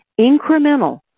incremental